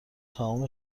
تمام